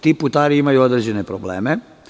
Ti putari imaju određene probleme.